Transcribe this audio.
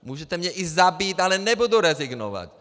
Můžete mě i zabít, ale nebudu rezignovat!